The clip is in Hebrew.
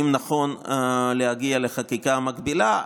אם נכון להגיע לחקיקה מגבילה.